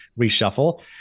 Reshuffle